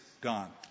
gone